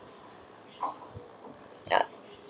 ya